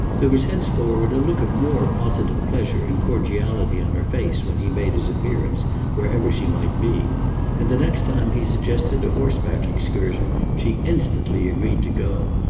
there was henceforward a look of more positive pleasure and cordiality on her face when he made his appearance wherever she might be and the next time he suggested a horseback excursion she instantly agreed to go,